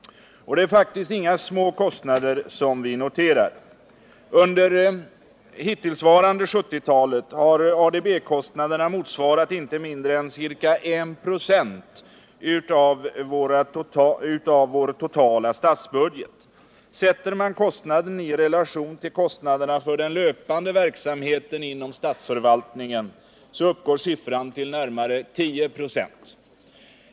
Och det är faktiskt inga små kostnader som vi noterar. Hittills under 1970-talet har ADB-kostnaderna motsvarat inte mindre än ca 1 96 av vår totala statsbudget. Sätter man kostnaden i relation till kostnaderna för den löpande verksamheten inom statsförvaltningen uppgår siffran till närmare 10 96.